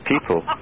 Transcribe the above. people